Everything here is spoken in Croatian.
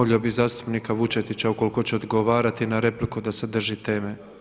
Molio bih zastupnika Vučetića ukoliko će odgovarati na repliku da se drži teme.